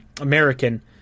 American